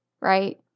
Right